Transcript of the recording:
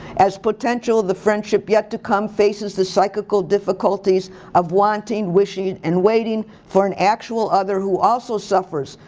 as potential the friendship yet to come faces the psychical difficulties of wanted, wishing, and waiting for an actual other who also suffers,